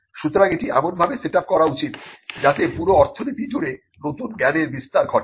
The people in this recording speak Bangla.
সুতরাং এটি এমন ভাবে সেটআপ করা উচিত যাতে পুরো অর্থনীতি জুড়ে নতুন জ্ঞানের বিস্তার ঘটে